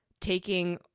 taking